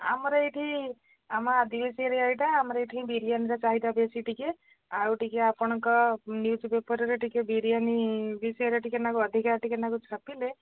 ଆମର ଏଇଠି ଆମ ଆଦିବାସୀ ଏରିଆ ଏଇଟା ଆମର ଏଇଠି ବିରିୟାନୀର ଚାହିଦା ବେଶୀ ଟିକେ ଆଉ ଟିକେ ଆପଣଙ୍କ ନ୍ୟୁଜ୍ ପେପରରେ ଟିକେ ବିରିୟାନୀ ବିଷୟରେ ଟିକେ ଅଧିକା ଟିକେ ଛାପିଲେ